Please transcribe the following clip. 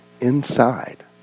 inside